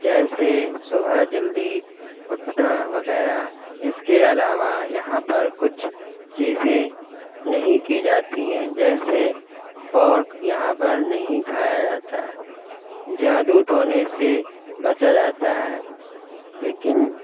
جیسے صبح جلدی اٹھنا وغیرہ اس کے علاوہ یہاں پر کچھ چیزیں نہیں کی جاتی ہیں جیسے پورک یہاں پر نہیں کھایا جاتا جادو ٹونے سے بچا جاتا ہے لیکن